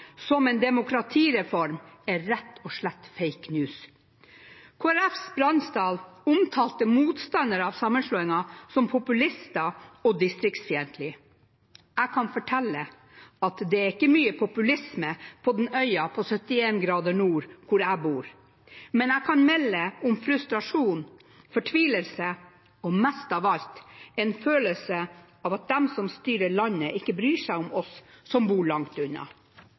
som en demokratireform, er rett og slett «fake news». Kristelig Folkepartis Torhild Bransdal omtalte motstandere av sammenslåingen som populister og distriktsfiendtlige. Jeg kan fortelle at det ikke er mye populisme på den øya på 71 grader nord hvor jeg bor, men jeg kan melde om frustrasjon, fortvilelse og mest av alt en følelse av at de som styrer landet, ikke bryr seg om oss som bor langt unna.